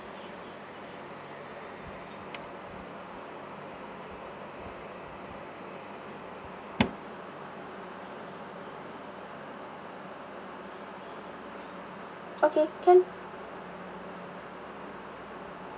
okay can